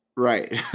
Right